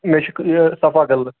مےٚ چھِ یہِ صَفا قٔدلہٕ